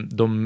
de